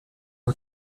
est